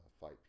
fight